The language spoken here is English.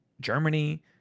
Germany